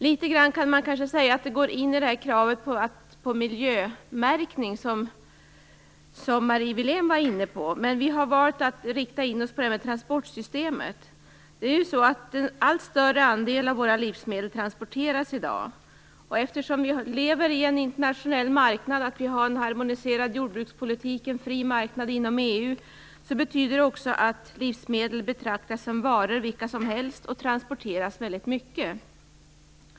Litet grand kan man kanske säga att det går in i kravet på miljömärkning, som Marie Wilén var inne på. Men vi har valt att rikta in oss på transportsystemet. En allt större andel av våra livsmedel transporteras i dag. Eftersom vi lever i en internationell marknad, har en harmoniserad jordbrukspolitik och en fri marknad inom EU, betyder det också att livsmedel betraktas som varor vilka som helst och transporteras väldigt mycket.